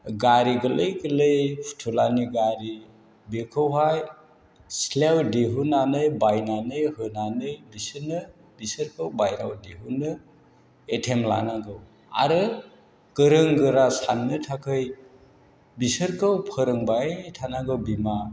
गारि गोरलै गोरलै फुथुलानि गारि बेखौहाय सिथ्लायाव दिहुननानै बायनानै होनानै बिसोरनो बिसोरखौ बायह्रायाव दिहुननो एथेम लानांगौ आरो गोरों गोरा साननो थाखाय बिसोरखौ फोरोंबाय थानांगौ बिमा